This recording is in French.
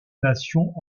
nations